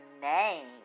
name